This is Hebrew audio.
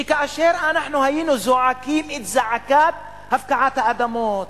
שכאשר היינו זועקים את זעקת הפקעת האדמות,